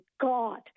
God